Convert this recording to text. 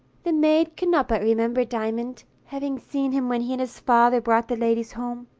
the maid could not but remember diamond, having seen him when he and his father brought the ladies home.